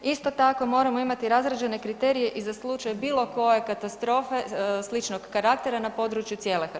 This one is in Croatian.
Isto tako moramo imati razrađene kriterije i za slučaj bilo koje katastrofe sličnog karaktera na području cijele Hrvatske.